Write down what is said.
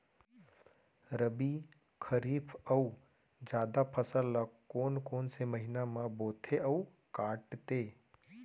रबि, खरीफ अऊ जादा फसल ल कोन कोन से महीना म बोथे अऊ काटते?